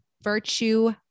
Virtue